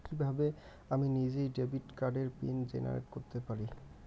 কিভাবে আমি নিজেই ডেবিট কার্ডের পিন জেনারেট করতে পারি?